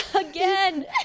Again